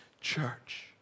church